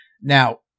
Now